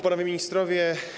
Panowie Ministrowie!